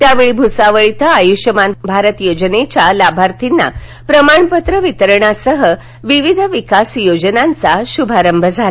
त्यावेळी भूसावळ श्व आयुष्यमान भारत योजनेच्या लाभार्थींना प्रमाणपत्र वितरणासह विविध विकास योजनांचा सुभारंभ झाला